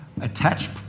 attached